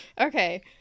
okay